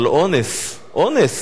אבל אונס, אונס,